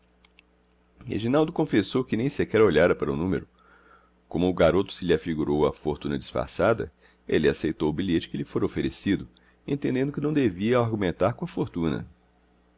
reginaldo confessou que nem sequer olhara para o número como o garoto se lhe afigurou a fortuna disfarçada ele aceitou o bilhete que lhe fora oferecido entendendo que não devia argumentar com a fortuna